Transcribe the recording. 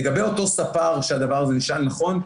לגבי אותו ספר, הדבר הזה נשאל, נכון?